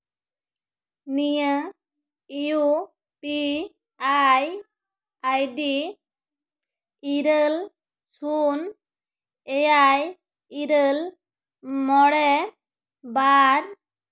ᱱᱤᱭᱟᱹ U P I ID ᱤᱨᱟᱹᱞ ᱥᱩᱱ ᱮᱭᱟᱭ ᱤᱨᱟᱹᱞ ᱢᱚᱬᱮ ᱵᱟᱨ